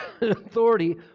authority